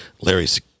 Larry's